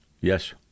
Yes